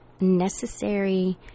necessary